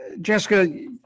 Jessica